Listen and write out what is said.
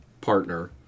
partner